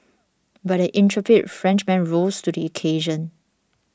but the intrepid Frenchman rose to the occasion